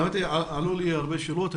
עלו לי הרבה שלאות,